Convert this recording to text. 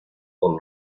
por